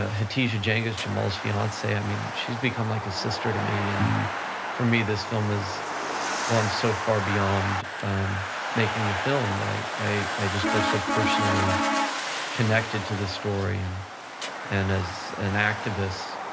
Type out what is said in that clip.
ah hatice yeah cengiz, jamal's fiance, i mean, she's become like a sister to me, and for me, this film has gone so far beyond making a film. i i just feel so personally connected to the story and and as an activist,